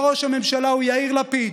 שבה ראש הממשלה הוא יאיר לפיד,